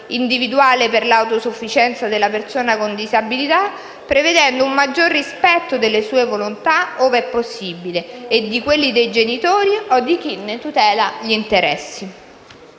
per l'autosufficienza della persona con disabilità, prevedendo un maggior rispetto delle sue volontà, ove è possibile, e di quelle dei genitori o di chi ne tutela gli interessi.